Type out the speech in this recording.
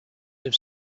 have